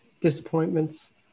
disappointments